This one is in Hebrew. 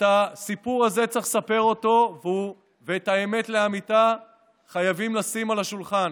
את הסיפור הזה צריך לספר ואת האמת לאמיתה חייבים לשים על השולחן,